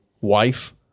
wife